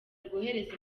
rwohereza